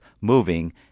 moving